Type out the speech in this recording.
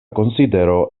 konsidero